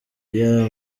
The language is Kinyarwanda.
iya